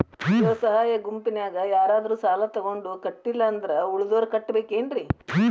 ಸ್ವ ಸಹಾಯ ಗುಂಪಿನ್ಯಾಗ ಯಾರಾದ್ರೂ ಸಾಲ ತಗೊಂಡು ಕಟ್ಟಿಲ್ಲ ಅಂದ್ರ ಉಳದೋರ್ ಕಟ್ಟಬೇಕೇನ್ರಿ?